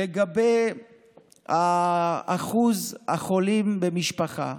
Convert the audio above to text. לגבי אחוז החולים במשפחה,